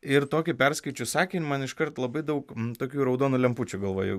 ir tokį perskaičius sakinį man iškart labai daug tokių raudonų lempučių galvoje